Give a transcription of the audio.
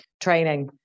training